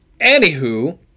Anywho